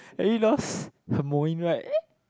Harry lost Hermoine right